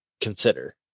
consider